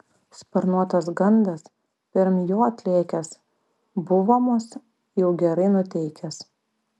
sparnuotas gandas pirm jo atlėkęs buvo mus jau gerai nuteikęs